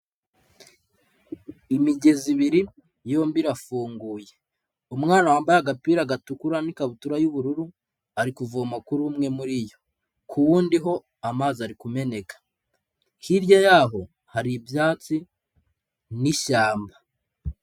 Imigezi ibiri yombi irafunguye, umwana wambaye agapira gatukura n'ikabutura y'ubururu, ari kuvoma kuri umwe muri iyo. Ku wundi ho amazi ari kumeneka, hirya yaho hari ibyatsi n'ishyamba.